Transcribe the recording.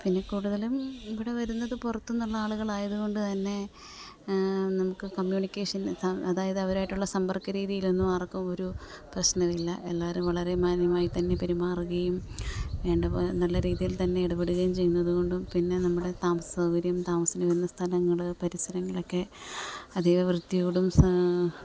പിന്നെ കൂടുതലും ഇവിടെ വരുന്നത് പുറത്തുന്നുള്ള ആളുകളായത് കൊണ്ട് തന്നെ നമുക്ക് കമ്മ്യൂണിക്കേഷൻ അതായത് അവരുമായിട്ടുള്ള സമ്പർക്ക രീതിയിലൊന്നും ആർക്കും ഒരു പ്രശ്നമില്ല എല്ലാവരും വളരെ മാന്യമായിത്തന്നെ പെരുമാറുകയും വേണ്ട പോലെ നല്ല രീതിയിൽ തന്നെ ഇടപെടുകയും ചെയ്യുന്നത് കൊണ്ടും പിന്നെ നമ്മുടെ താമസം സൗകര്യം താമസത്തിനു വരുന്ന സ്ഥലങ്ങൾ പരിസരങ്ങളൊക്കെ അധിക വൃത്തിയോടും